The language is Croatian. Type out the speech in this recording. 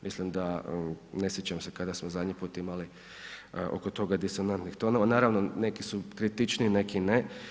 Mislim da ne sjećam se kada smo zadnji put imali oko toga disonantnih tonova, naravno neki su kritičniji neki ne.